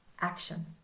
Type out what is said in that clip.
action